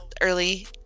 early